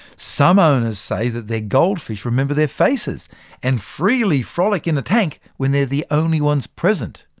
some owners say that their goldfish remember their faces and freely frolic in the tank when they're the only ones present,